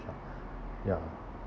ya